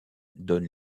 donne